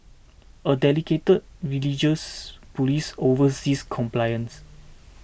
a dedicated religious police oversees compliance